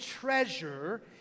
treasure